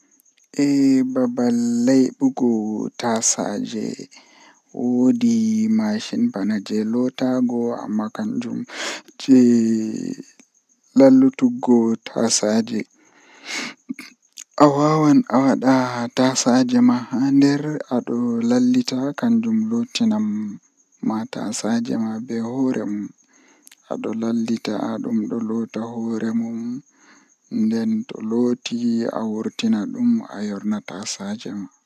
Fijirde jei burdaa yiduki sembe kanjum woni fijirde jei habre bana boksin malla reksilin ngam kanjum do doole anaftira be sembe ma haa babal wadugo dow anaftirai be sembe ma be fiya ma malla be nawna ma fijirde jei buri hoyugo bo kanjum woni fijirde kaati malla lido jei ondo joodi yerba kaati malla kujeeji.